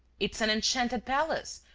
it's an enchanted palace,